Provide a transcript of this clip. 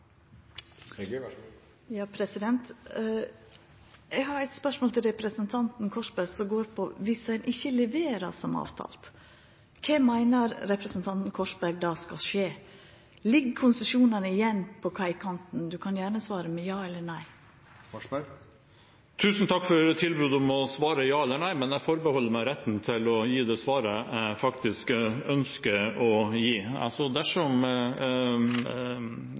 Korsberg då skal skje? Ligg konsesjonane igjen på kaikanten? Representanten kan gjerne svara med ja eller nei. Tusen takk for tilbudet om å svare ja eller nei, men jeg forbeholder meg retten til å gi det svaret jeg faktisk ønsker å gi. Dersom